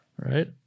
right